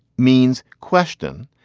means question,